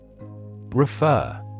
Refer